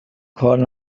کار